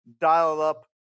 dial-up